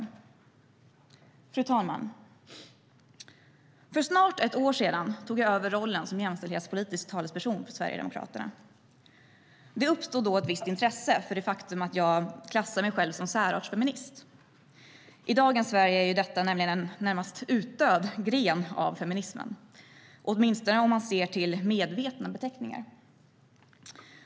Fru talman! För snart ett år sedan tog jag över rollen som jämställdhetspolitisk talesperson för Sverigedemokraterna. Det uppstod då ett visst intresse för det faktum att jag klassar mig själv som särartsfeminist. I dagens Sverige är detta nämligen en närmast utdöd gren av feminismen, åtminstone om man ser till medvetna beteckningar.